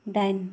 दाइन